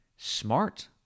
smart